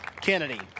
Kennedy